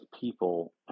people